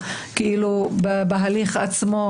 זה נאמר בהומור כמובן.